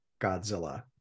godzilla